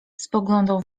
spoglądał